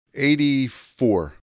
Eighty-four